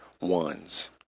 ones